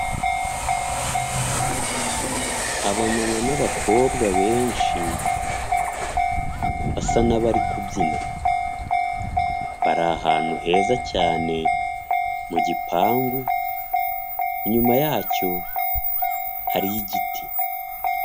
Abamama n'abakobwa benshi basa n'abari kubyina bari ahantu heza cyane mu gipangu inyuma yacyo hariyo igiti.